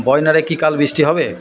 বয়নাড়ে কি কাল বৃষ্টি হবে